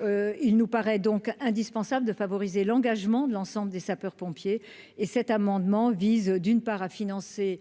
Il paraît indispensable de favoriser l'engagement de l'ensemble des sapeurs-pompiers. Cet amendement vise donc, d'une part, à financer